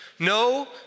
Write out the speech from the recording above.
No